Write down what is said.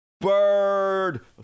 bird